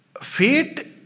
Fate